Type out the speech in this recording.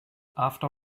after